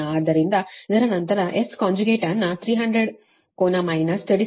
ಆದ್ದರಿಂದ ಇದರ ನಂತರ ನಿಮ್ಮ S ಕಾಂಜುಗೇಟ್ ಅನ್ನು 300 ಕೋನ ಮೈನಸ್ 36